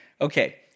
okay—